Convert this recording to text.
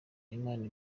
imana